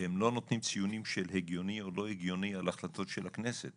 והם לא נותנים ציונים של הגיוני או לא הגיוני על החלטות של הכנסת,